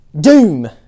doom